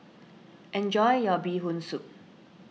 enjoy your Bee Hoon Soup